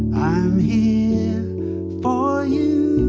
i'm here for you.